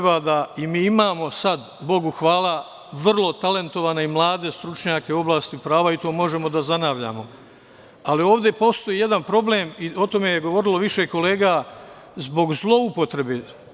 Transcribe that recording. Mi imamo sada, Bogu hvala, vrlo talentovane i mlade stručnjake u oblasti prava i to možemo da zanavljamo, ali ovde postoji jedan problem i o tome je govorilo više kolega, zbog zloupotrebe.